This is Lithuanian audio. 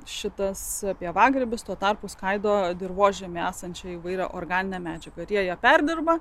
šitas pievagrybius tuo tarpu skaido dirvožemyje esančiai įvairia organine medžiaga ir jie ją perdirba